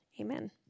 Amen